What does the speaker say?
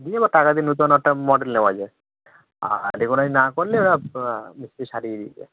দিয়ে দেবো টাকা দিয়ে নতুন একটা মডেল নেওয়া যায় আর রেকোনাইজ না করলে ওরা সারিয়ে দিয়ে যায়